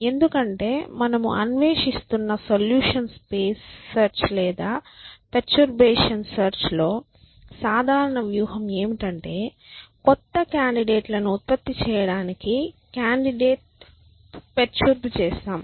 ఎందుకంటే మనము అన్వేషిస్తున్న సొల్యూషన్ స్పేస్ సెర్చ్ లేదా పెర్బర్బేషన్ సెర్చ్ లోని సాధారణ వ్యూహం ఏమిటంటే కొత్త కాండిడేట్ లను ఉత్పత్తి చేయడానికి కాండిడేట్ పేర్చుర్బ్ చేస్తాం